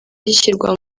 gishyirwa